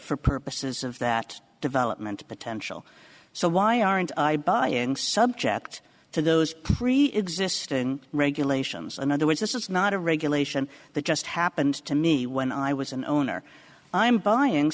for purposes of that development potential so why aren't i buying subject to those pre existing regulations in other words this is not a regulation that just happened to me when i was an owner i'm buying